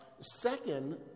Second